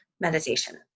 meditation